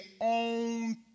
own